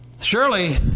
Surely